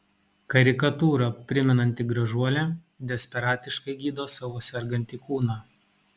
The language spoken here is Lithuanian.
karikatūrą primenanti gražuolė desperatiškai gydo savo sergantį kūną